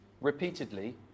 repeatedly